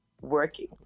working